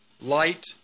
light